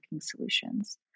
solutions